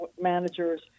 managers